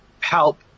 help